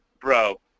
bro